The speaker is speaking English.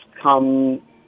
come